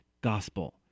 gospel